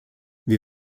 wir